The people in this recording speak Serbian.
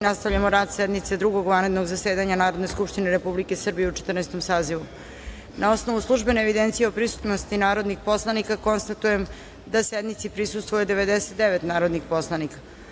nastavljamo rad sednice Drugog vanrednog zasedanja Narodne skupštine Republike Srbije u Četrnaestom sazivu. Na osnovu službene evidencije o prisutnosti narodnih poslanika, konstatujem da sednici prisustvuje 99 narodnih poslanika. Radi